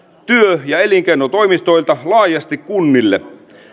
työ ja elinkeinotoimistoilta laajasti kunnille